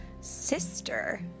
Sister